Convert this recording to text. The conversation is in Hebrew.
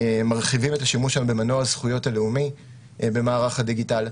מרחיבים את השימוש היום במנוע הזכויות הלאומי במערך הדיגיטל.